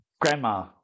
grandma